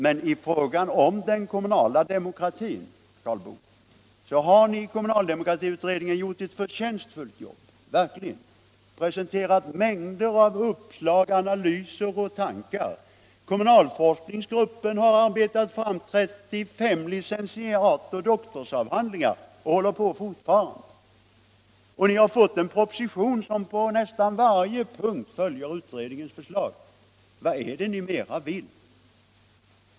Men i frågan om den kommunala demokratin, Karl Boo, har ni i kommunaldemokratiutredningen verkligen gjort ett förtjänstfullt jobb och presenterat mängder av uppslag, analyser och tankar. Kommunalforskningsgruppen har arbetat fram 35 licentiatsoch doktorsavhandlingar och håller på fortfarande. Ni har fått en proposition som på nästan varje punkt följer utredningens förslag. Vad är det mer ni vill?